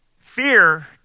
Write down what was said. Fear